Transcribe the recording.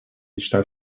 мечта